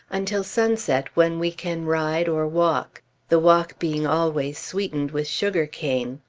until sunset when we can ride or walk the walk being always sweetened with sugar-cane.